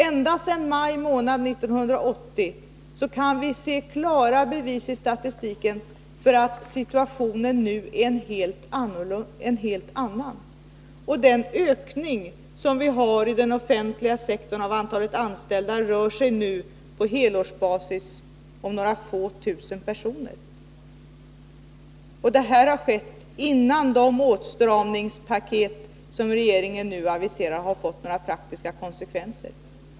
Ända sedan maj månad 1980 kan vi se klara bevis i statistiken för att situationen är en helt annan. Den ökning som vi har i den offentliga sektorn av antalet anställda rör sig nu på helårsbasis om några få tusen personer. Denna neddragning har skett innan de åtstramningspaket som regeringen nu aviserar har fått några praktiska konsekvenser.